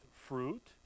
fruit